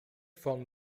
von